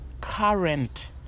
current